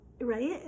right